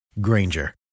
Granger